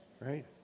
Right